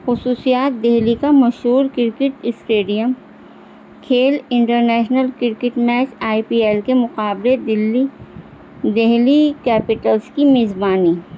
خصوصیات دہلی کا مشہور کرکٹ اسٹیڈیم کھیل international cricket match I P L کے مقابلے دلی دہلی کیپٹلس کی میزبانی